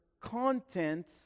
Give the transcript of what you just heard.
content